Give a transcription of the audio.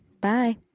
Bye